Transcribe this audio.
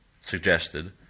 suggested